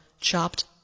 chopped